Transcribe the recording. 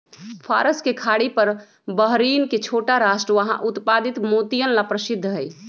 फारस के खाड़ी पर बहरीन के छोटा राष्ट्र वहां उत्पादित मोतियन ला प्रसिद्ध हई